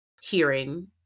hearing